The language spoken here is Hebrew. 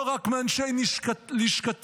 לא רק מאנשי לשכתי,